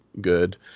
good